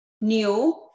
new